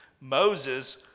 Moses